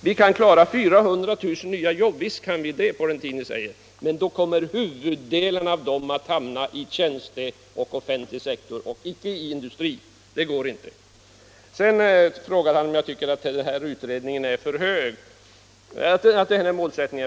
Visst kan vi skapa 400 000 nya jobb på den tid ni anger, men huvuddelen av dem kommer då att hamna inom tjänstesektorn och den offentliga sektorn och icke i industrin; det går inte. Sedan frågar herr Antonsson om jag tycker att det här målet är för högt satt. Nej, visst inte.